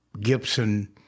Gibson